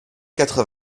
quatre